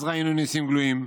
אז ראינו ניסים גלויים,